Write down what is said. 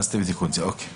בסדר.